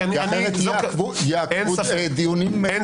כי אחרת יעכבו דיונים בלי